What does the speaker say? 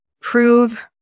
prove